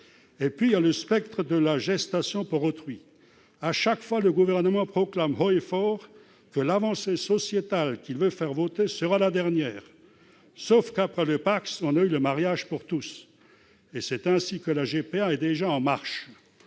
a aussi le spectre de la gestation pour autrui. À chaque fois, le Gouvernement proclame haut et fort que l'« avancée sociétale » qu'il veut faire voter sera la dernière. Mais après le PACS, on a eu le mariage pour tous ... C'est ainsi que la GPA est déjà en marche.